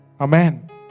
Amen